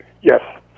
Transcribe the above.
Yes